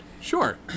Sure